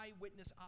eyewitness